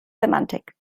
semantik